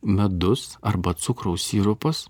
medus arba cukraus sirupas